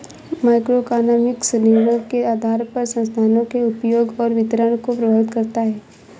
microeconomics निर्णयों के आधार पर संसाधनों के उपयोग और वितरण को प्रभावित करता है